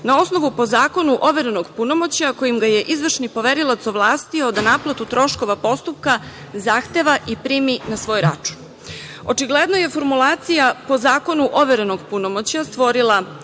na osnovu po zakonu overenog punomoćja kojim ga je izvršni poverioc ovlastio da naplatu troškova postupka zahteva i primi na svoj račun. Očigledno je formulacija - po zakonu overenog punomoćja, stvorila